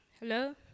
Hello